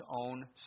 own